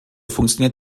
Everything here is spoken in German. funktioniert